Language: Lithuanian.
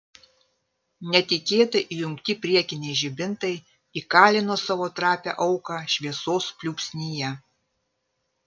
netikėtai įjungti priekiniai žibintai įkalino savo trapią auką šviesos pliūpsnyje